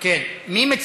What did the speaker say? מי?